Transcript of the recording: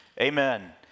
Amen